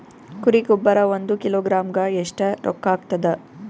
ಕುರಿ ಗೊಬ್ಬರ ಒಂದು ಕಿಲೋಗ್ರಾಂ ಗ ಎಷ್ಟ ರೂಕ್ಕಾಗ್ತದ?